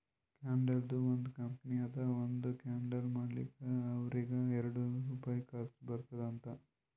ಕ್ಯಾಂಡಲ್ದು ಒಂದ್ ಕಂಪನಿ ಅದಾ ಒಂದ್ ಕ್ಯಾಂಡಲ್ ಮಾಡ್ಲಕ್ ಅವ್ರಿಗ ಎರಡು ರುಪಾಯಿ ಖರ್ಚಾ ಬರ್ತುದ್ ಅಂತ್